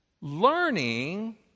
learning